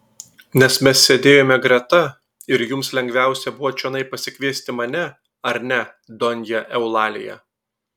nes mes sėdėjome greta ir jums lengviausia buvo čionai pasikviesti mane ar ne donja eulalija